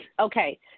Okay